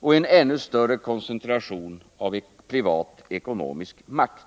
och en ännu större koncentration av privat ekonomisk makt.